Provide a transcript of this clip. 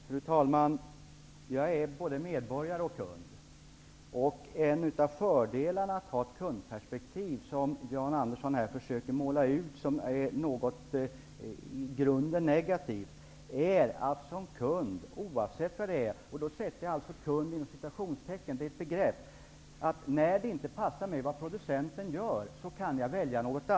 Fru talman! Jag är både medborgare och kund. En av fördelarna med att ha ett kundperspektiv -- vilket Jan Andersson här försöker utmåla som något i grunden negativt -- är att jag som ''kund'' -- jag sätter här ordet kund inom citationstecken, eftersom det är ett begrepp -- kan välja något annat om det som producenten gör inte passar mig.